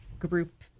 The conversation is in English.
group